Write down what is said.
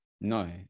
No